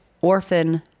orphan